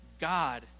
God